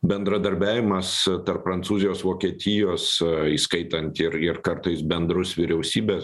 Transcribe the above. bendradarbiavimas tarp prancūzijos vokietijos įskaitant ir ir kartais bendrus vyriausybės